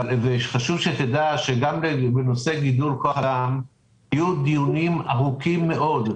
חשוב שתדע שגם בנושא גיוון כוח אדם היו דיונים ארוכים מאוד.